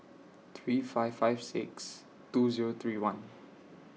three five five six two Zero three one